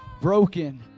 broken